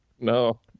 No